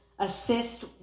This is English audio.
assist